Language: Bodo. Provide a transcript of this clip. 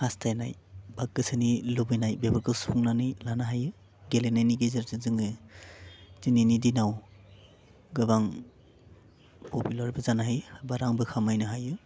हास्थायनाय बा गोसोनि लुबैनाय बेफोरखौ सुफुंनानै लानो हायो गेलेनायनि गेजेरजों जोङो दिनैनि दिनाव गोबां पपुलार बो जानो हायो बा रांबो खामायनो हायो